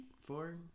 four